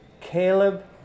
Caleb